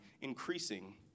increasing